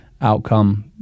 outcome